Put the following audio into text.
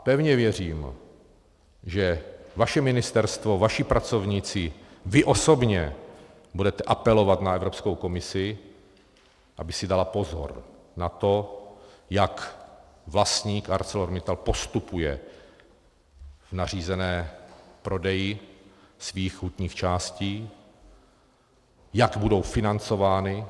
Pevně věřím, že vaše ministerstvo, vaši pracovníci, vy osobně budete apelovat na Evropskou komisi, aby si dala pozor na to, jak vlastník ArcelorMittal postupuje v nařízeném prodeji svých hutních částí, jak budou financovány.